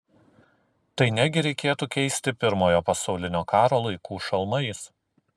tai negi reikėtų keisti pirmojo pasaulinio karo laikų šalmais